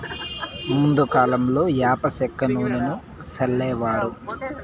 ముందు కాలంలో యాప సెక్క నూనెను సల్లేవారు